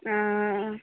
हँ